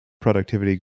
productivity